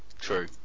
true